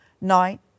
night